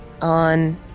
on